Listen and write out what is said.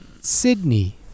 Sydney